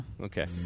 Okay